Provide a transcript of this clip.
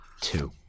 Two